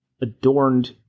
adorned